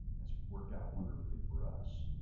it's worked out wonderfully for us.